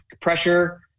pressure